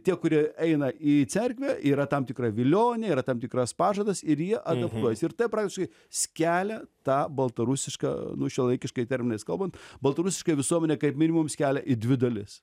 tie kurie eina į cerkvę yra tam tikra vilionė yra tam tikras pažadas ir jie adaptuojas ir tai praktiškai skelia tą baltarusišką nu šiuolaikiškais terminais kalbant baltarusišką visuomenę kaip minimum skelia į dvi dalis